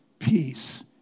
Peace